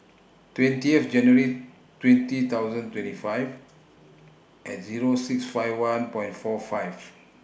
twentieth January twenty thousand twenty five At Zero six five one Point For five